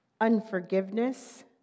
unforgiveness